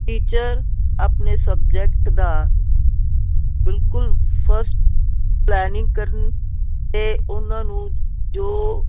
teacher ਆਪਣੇ subject ਦਾ ਬਿਲਕੁਲ ਫਸਟ ਪਲੈਨਿੰਗ ਕਰਨ ਅਤੇ ਉਹਨਾਂ ਨੂੰ ਜੋ